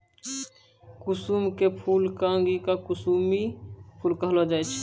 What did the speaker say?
कुसुम के फूल कॅ अंगिका मॅ कुसमी फूल कहलो जाय छै